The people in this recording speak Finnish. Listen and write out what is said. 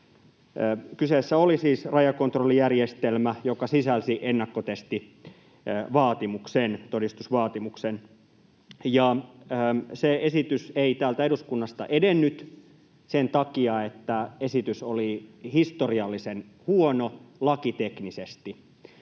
Kyseessä oli siis rajakontrollijärjestelmä, joka sisälsi ennakkotestivaatimuksen, todistusvaatimuksen, ja se esitys ei täältä eduskunnasta edennyt sen takia, että esitys oli historiallisen huono lakiteknisesti.